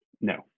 No